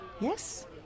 Yes